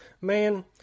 Man